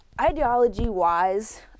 Ideology-wise